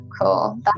cool